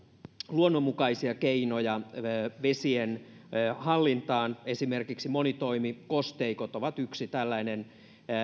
luonnonmukaisia keinoja vesien hallintaan esimerkiksi monitoimikosteikot ovat yksi tällainen